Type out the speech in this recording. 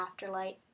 afterlight